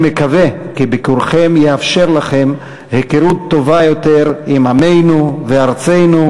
אני מקווה כי ביקורכם יאפשר לכם היכרות טובה יותר עם עמנו וארצנו,